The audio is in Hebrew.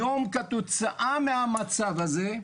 היום כתוצאה מהמצב הזה,